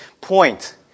point